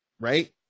right